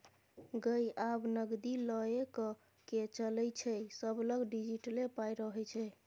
गै आब नगदी लए कए के चलै छै सभलग डिजिटले पाइ रहय छै